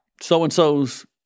so-and-so's